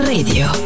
Radio